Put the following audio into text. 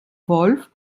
wolf